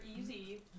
easy